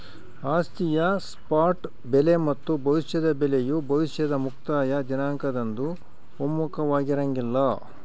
ಆಸ್ತಿಯ ಸ್ಪಾಟ್ ಬೆಲೆ ಮತ್ತು ಭವಿಷ್ಯದ ಬೆಲೆಯು ಭವಿಷ್ಯದ ಮುಕ್ತಾಯ ದಿನಾಂಕದಂದು ಒಮ್ಮುಖವಾಗಿರಂಗಿಲ್ಲ